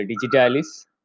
digitalis